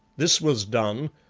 this was done,